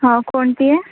हो कोणती आहे